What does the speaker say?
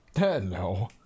no